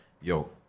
Yo